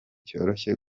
cyoroshye